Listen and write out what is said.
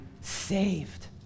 saved